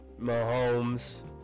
Mahomes